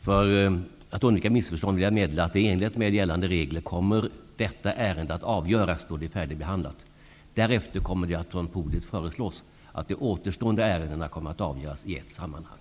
För att undvika missförstånd vill jag meddela att i enlighet med gällande regler kommer detta ärende att avgöras då det är färdigbehandlat. Därefter kommer det att från podiet föreslås att de återstående ärendena skall avgöras i ett sammanhang.